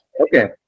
Okay